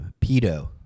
pedo